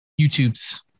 YouTubes